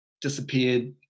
disappeared